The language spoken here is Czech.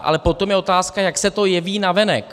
Ale potom je otázka, jak se to jeví navenek.